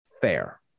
fair